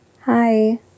Hi